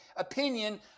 opinion